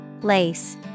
Lace